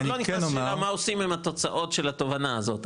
אני לא נכנס לשאלה מה עושים עם התוצאות של התובנה הזאת,